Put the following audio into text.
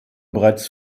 bereits